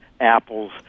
apples